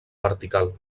vertical